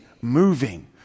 moving